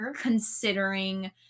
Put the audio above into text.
considering